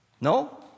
No